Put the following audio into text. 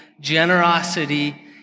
generosity